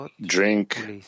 drink